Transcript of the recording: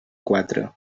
quatre